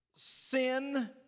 Sin